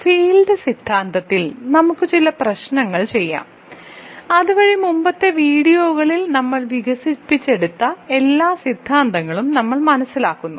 field സിദ്ധാന്തത്തിൽ നമുക്ക് ചില പ്രശ്നങ്ങൾ ചെയ്യാം അതുവഴി മുമ്പത്തെ വീഡിയോകളിൽ നമ്മൾ വികസിപ്പിച്ചെടുത്ത എല്ലാ സിദ്ധാന്തങ്ങളും നമ്മൾ മനസ്സിലാക്കുന്നു